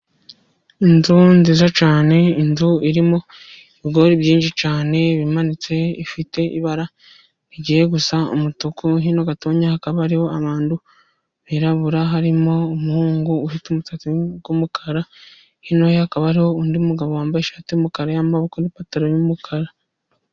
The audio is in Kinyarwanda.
Inzu nziza cyane, inzu irimo ibigori byinshi cyane bimanitse, ifite ibara rigiye gusa umutuku, hino gatoya hakaba hariho abantu birabura, harimo umuhungu ufite umusatsi w'umukara, hino ye hakaba hariho undi mugabo wambaye ishati y'umukara y'amaboko n'ipantaro y'umukara.